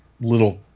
little